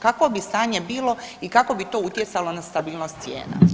Kakvo bi stanje bilo i kako bi to utjecalo na stabilnost cijena?